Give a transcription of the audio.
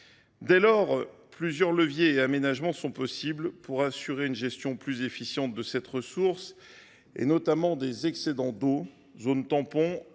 actionnés et différents aménagements sont possibles pour assurer une gestion plus efficiente de cette ressource, et notamment des excédents d’eau : zones tampons,